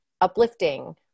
uplifting